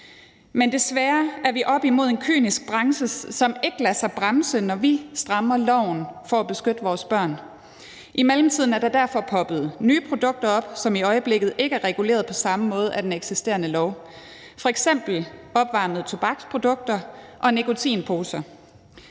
Men desværre er vi oppe imod en kynisk branche, som ikke lader sig bremse, når vi strammer loven for at beskytte vores børn. I mellemtiden er der derfor poppet nye produkter op, som i øjeblikket ikke er reguleret på samme måde af den eksisterende lov, f.eks. opvarmede tobaksprodukter og nikotinposer.